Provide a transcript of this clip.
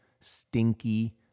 stinky